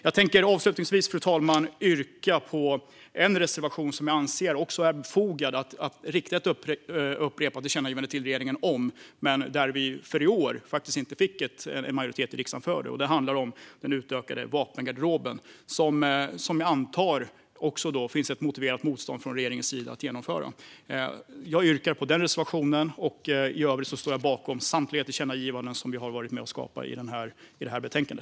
Jag tänker avslutningsvis, fru talman, yrka bifall till en reservation i en fråga där jag anser det befogat att rikta ett upprepat tillkännagivande till regeringen men där vi i år inte fick en majoritet i riksdagen för det. Det handlar om den utökade vapengarderoben, som jag antar att det också finns ett motiverat motstånd från regeringens sida mot att genomföra. Jag yrkar bifall till den reservationen och står i övrigt bakom samtliga förslag om tillkännagivanden som vi varit med om att skapa i detta betänkande.